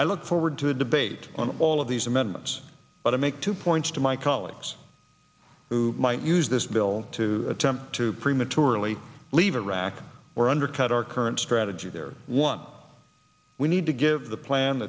i look forward to a debate on all of these amendments but i make two points to my colleagues who might use this bill to attempt to prematurely leave iraq or undercut our current strategy there what we need to give the plan